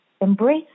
Embrace